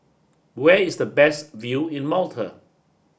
where is the best view in Malta